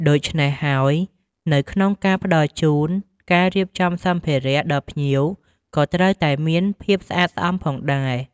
ដូច្នេះ ហើយនៅក្នុងការផ្ដល់ជូន ការរៀបចំសម្ភារៈដល់ភ្ញៀវក៏ត្រូវតែមានភាពស្អាតស្អំផងដែរ។